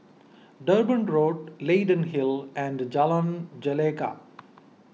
Durban Road Leyden Hill and Jalan Gelegar